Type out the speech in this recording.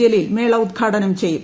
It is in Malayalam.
ജലീൽ മേള ഉദ്ഘാടനം ചെയ്യും